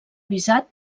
visat